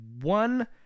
one